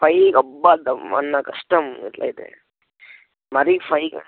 ఫై అబ్బా తమ్మా అన్న కష్టం అట్లయితే మరీ ఫైవ్